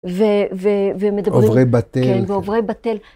ומדברים. עוברי בתל. כן, ועוברי בתל.